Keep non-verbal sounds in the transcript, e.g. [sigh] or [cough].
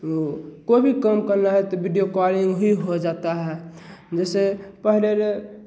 तो कोई भी काम करना है तो बिडियो कॉलिंग ही हो जाता है जैसे पहले [unintelligible]